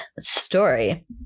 story